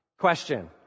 Question